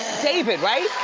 david, right?